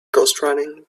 ghostwriting